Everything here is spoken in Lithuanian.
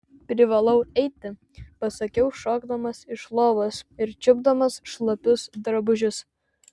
privalau eiti pasakiau šokdamas iš lovos ir čiupdamas šlapius drabužius